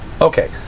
Okay